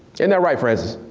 and that right, francis?